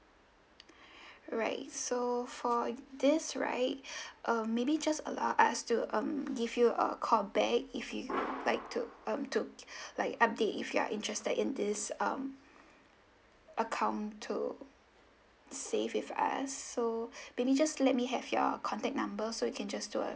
alright so for this right um maybe just allow us to um give you a call back if you like to um to like update if you're interested in this um account to save with us so maybe just let me have your contact number so we can just to uh